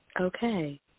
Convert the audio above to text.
Okay